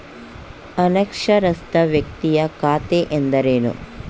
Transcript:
ಅನಕ್ಷರಸ್ಥ ವ್ಯಕ್ತಿಯ ಖಾತೆ ಎಂದರೇನು?